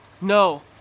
No